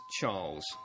Charles